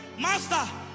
Master